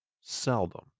seldom